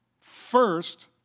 first